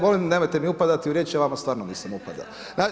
Molim nemojte mi upadati u riječ, ja vama stvarno nisam upadao.